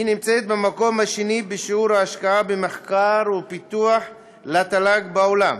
היא נמצאת במקום השני בשיעור ההשקעה במחקר ופיתוח לתל"ג בעולם,